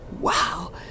wow